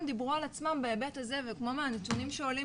דיברו על עצמם בהיבט הזה וכמו מהנתונים שעולים,